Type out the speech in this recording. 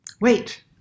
wait